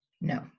no